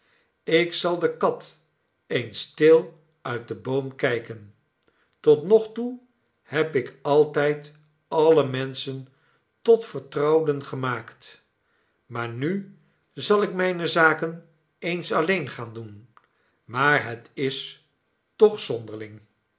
ik zal de kat eens stil uit den boom kijken tot nog toe heb ik altijd alle menschen tot vertrouwden gemaakt maar nu zal ik mijne zaken eens alleen gaan doen maar het is toch zonderling